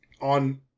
on